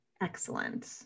excellent